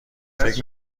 فکر